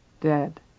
dead